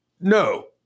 no